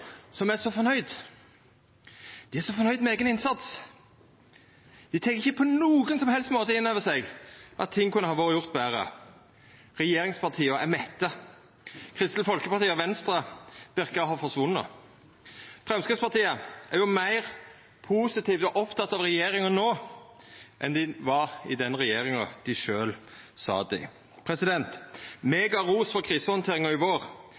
som er så fornøgde. Dei er så fornøgde med eigen innsats. Dei tek ikkje på nokon som helst måte inn over seg at ting kunne ha vore gjort betre. Regjeringspartia er mette. Kristeleg Folkeparti og Venstre verkar å ha forsvunne. Framstegspartiet er jo meir positive og opptekne av regjeringa no enn dei var i den regjeringa dei sjølv sat i. Me gav ros for krisehandteringa i vår.